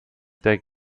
der